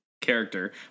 Character